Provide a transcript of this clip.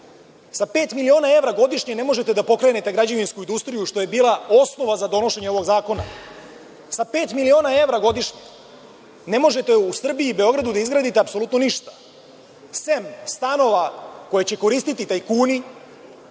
Sa pet miliona evra godišnje ne možete da pokrenete građevinsku industriju, što je bila osnova za donošenje ovog zakona. Sa pet miliona evra godišnje ne možete u Srbiji i Beogradu da izgradite apsolutno ništa, sem stanova koje će koristiti tajkuni,